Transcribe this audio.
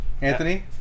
Anthony